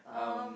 um